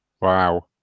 Wow